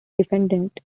defendants